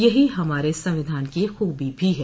यही हमारे संविधान की खूबी भी है